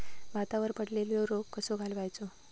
भातावर पडलेलो रोग कसो घालवायचो?